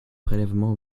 prélèvements